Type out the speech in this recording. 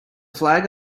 flag